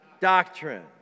doctrine